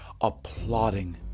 applauding